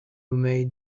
may